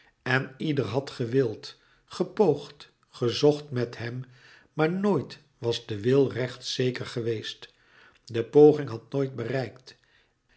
en ieder had gewild gepoogd gezocht met hem maar nooit was de wil recht zeker geweest de poging had nooit bereikt